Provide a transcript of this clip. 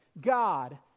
God